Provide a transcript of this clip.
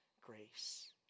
grace